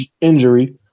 injury